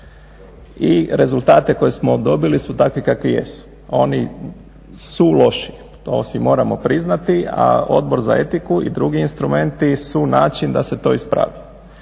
I rezultate koje smo dobili su takvi kakvi jesu. Oni su loši to si moramo priznati, a Odbor za etiku i drugi instrumenti su način da se to ispravi.